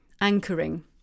anchoring